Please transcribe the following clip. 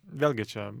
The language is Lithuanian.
vėlgi čia